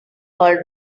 all